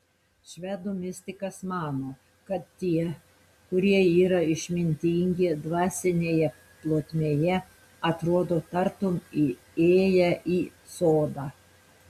švedų mistikas mano kad tie kurie yra išmintingi dvasinėje plotmėje atrodo tartum įėję į sodą